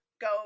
go